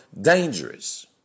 dangerous